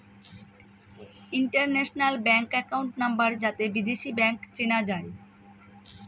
international bank account number যাতে বিদেশী bank চেনা যায়